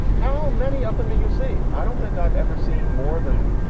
how many of them do you see? i don't think i've ever seen more than,